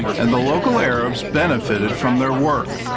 and the local arabs benefited from their work.